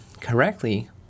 correctly